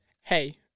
hey